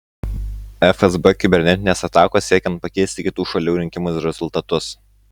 fsb kibernetinės atakos siekiant pakeisti kitų šalių rinkimų rezultatus